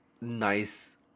nice